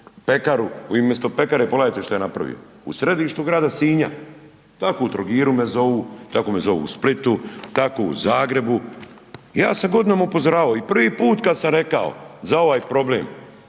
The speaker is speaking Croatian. napravio. U središtu grada Sinja. Tako u Trogiru me zovu, tamo me zovu u Splitu, tako u Zagrebu. Ja sam godinama upozoravao i prvi put kad sam rekao za ovaj problem.